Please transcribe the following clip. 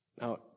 Now